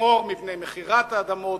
לשמור מפני מכירת אדמות,